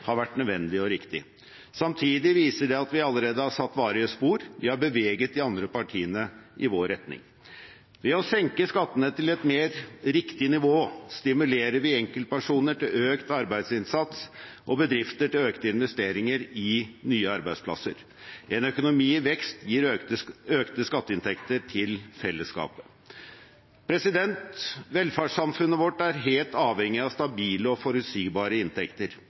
har vært nødvendig og riktig. Samtidig viser det at vi allerede har satt varige spor, vi har beveget de andre partiene i vår retning. Ved å senke skattene til et mer riktig nivå stimulerer vi enkeltpersoner til økt arbeidsinnsats og bedrifter til økte investeringer i nye arbeidsplasser. En økonomi i vekst gir økte skatteinntekter til fellesskapet. Velferdssamfunnet vårt er helt avhengig av stabile og forutsigbare inntekter.